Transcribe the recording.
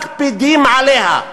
מקפידים עליה,